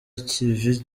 ikivi